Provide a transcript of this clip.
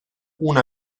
una